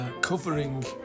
covering